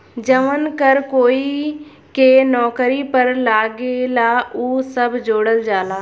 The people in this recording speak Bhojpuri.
जवन कर कोई के नौकरी पर लागेला उ सब जोड़ल जाला